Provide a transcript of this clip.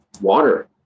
water